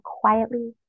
quietly